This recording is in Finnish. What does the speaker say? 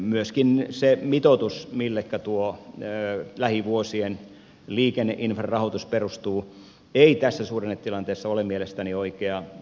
myöskään se mitoitus millekä tuo lähivuosien liikenneinfran rahoitus perustuu ei tässä suhdannetilanteessa ole mielestäni oikea